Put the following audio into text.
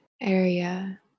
area